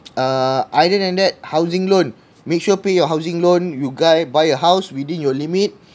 uh either than that housing loan make sure pay your housing loan you go and buy a house within your limit